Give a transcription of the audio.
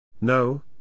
No